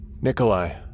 Nikolai